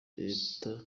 leta